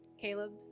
Caleb